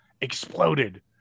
exploded